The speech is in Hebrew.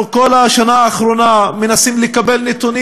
אנחנו כל השנה האחרונה מנסים לקבל נתונים